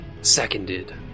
Seconded